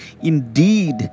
indeed